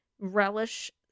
relish